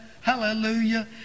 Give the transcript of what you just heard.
hallelujah